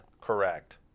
correct